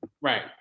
right